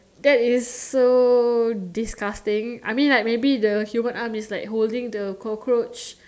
that is so disgusting I mean like maybe the human arm is like holding the cockroach